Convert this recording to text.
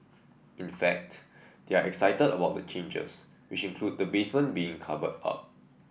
in fact they are excited about the changes which include the basement being covered up